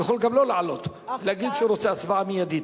הוא גם יכול לא לעלות ולהגיד שהוא רוצה הצבעה מיידית.